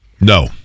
No